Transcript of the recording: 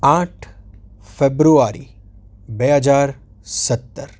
આઠ ફેબ્રુઆરી બે હજાર સત્તર